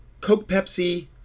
Coke-Pepsi